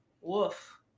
Woof